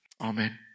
Amen